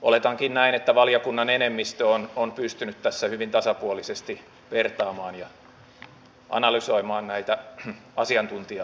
oletankin näin että valiokunnan enemmistö on pystynyt tässä hyvin tasapuolisesti vertaamaan ja analysoimaan näitä asiantuntija arvioita